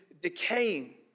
decaying